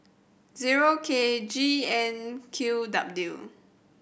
zero K G N Q W